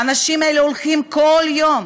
האנשים האלה הולכים כל יום,